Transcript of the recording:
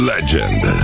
Legend